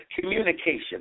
Communication